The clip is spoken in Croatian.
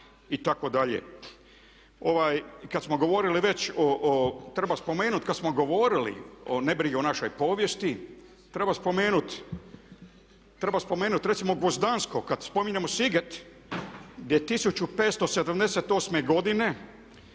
spomenuti kad smo govorili već o nebrizi o našoj povijesti treba spomenuti recimo Gvozdansko, kad spominjemo Siget gdje je 1578. godine